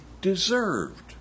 deserved